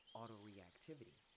auto-reactivity